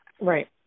Right